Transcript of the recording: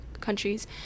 countries